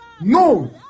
No